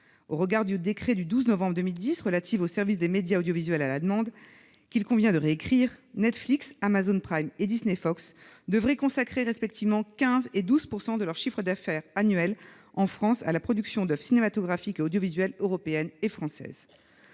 Au regard du décret du 12 novembre 2010 relatif aux services de médias audiovisuels à la demande, qu'il conviendrait de réécrire, Netflix, Amazon Prime et Disney Fox devraient consacrer entre 12 % et 15 % de leur chiffre d'affaires annuel réalisé en France à la production d'oeuvres cinématographiques et audiovisuelles européennes et françaises.